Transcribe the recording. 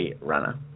runner